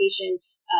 patients